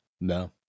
No